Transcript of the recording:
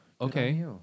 okay